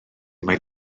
mai